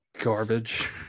garbage